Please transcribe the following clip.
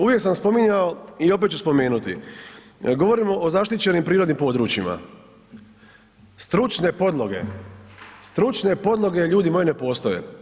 Uvijek sam spominjao i opet ću spomenuti, govorimo o zaštićenim prirodnim područjima, stručne podloge, stručne podloge ljudi moji ne postoje.